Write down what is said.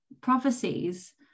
prophecies